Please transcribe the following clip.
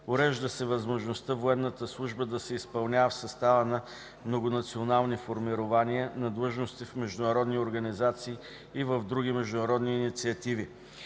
Урежда се възможността военната служба да се изпълнява в състава на многонационални формирования, на длъжности в международни организации и в други международни инициативи.